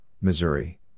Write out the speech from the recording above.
Missouri